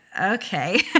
okay